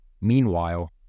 Meanwhile